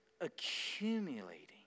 accumulating